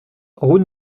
route